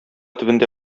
төбендә